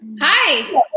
Hi